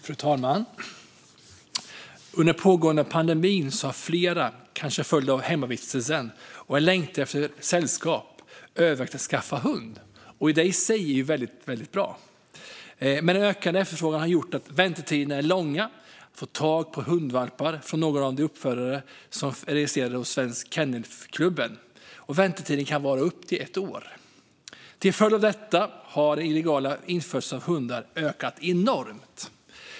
Fru talman! Under den pågående pandemin har fler, kanske till följd av hemmavistelse och en längtan efter sällskap, övervägt att skaffa en hund. Det i sig är väldigt bra, men den ökade efterfrågan har gjort att väntetiderna är långa för att få tag på en hundvalp från någon av de uppfödare som är registrerade hos Svenska Kennelklubben. Väntetiden kan vara upp till ett år. Till följd av detta har den illegala införseln av hundar ökat enormt.